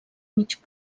mig